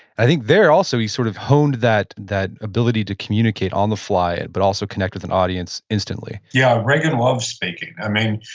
i think there, also, he sort of honed that that ability to communicate on the fly, but also connect with an audience instantly yeah, reagan loved speaking. i mean,